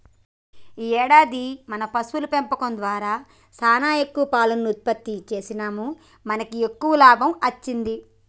ఈ ఏడాది మన పశువుల పెంపకం దారా సానా ఎక్కువ పాలను ఉత్పత్తి సేసినాముమనకి ఎక్కువ లాభం అచ్చింది